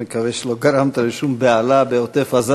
אני מקווה שלא גרמת לשום בהלה בעוטף-עזה